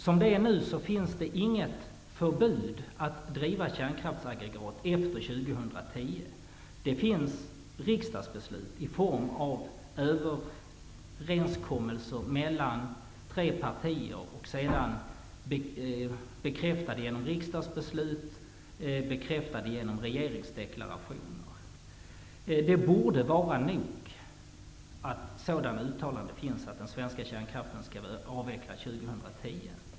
Som det är nu finns det inget förbud mot att driva kärnkraftsaggregat efter 2010. Det finns beslut i form av överenskommelser mellan tre partier bekräftade genom riksdagsbeslut. Dessa är i sin tur bekräftade genom regeringsdeklarationer. Det borde vara tillräckligt att det finns sådana uttalanden om att den svenska kärnkraften skall vara avvecklad år 2010.